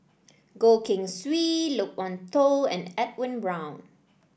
Goh Keng Swee Loke Wan Tho and Edwin Brown